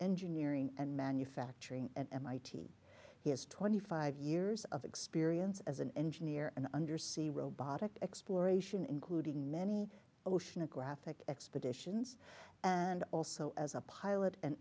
engineering and manufacturing at mit he has twenty five years of experience as an engineer an undersea robotic exploration including many oceanographic expeditions and also as a pilot an